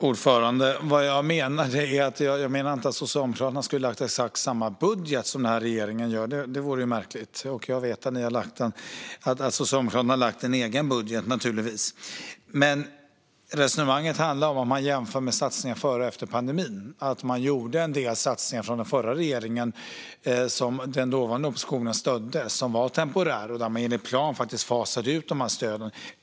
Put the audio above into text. Herr talman! Jag menar inte att Socialdemokraterna skulle ha lagt fram exakt samma budget som den här regeringen; det vore ju märkligt. Jag vet naturligtvis att Socialdemokraterna har lagt fram en egen budget. Resonemanget handlar, om vi jämför satsningar före och efter pandemin, om att den förra regeringen gjorde en del satsningar som den dåvarande oppositionen stödde och som var temporära. Enligt plan fasade man ut dessa stöd.